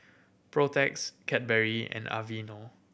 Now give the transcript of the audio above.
Protex Cadbury and Aveeno